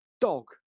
dog